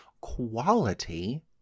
quality